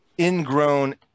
ingrown